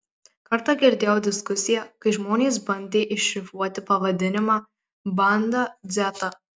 kartą girdėjau diskusiją kai žmonės bandė iššifruoti pavadinimą bandą dzeta